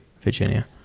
Virginia